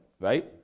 Right